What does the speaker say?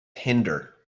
hinder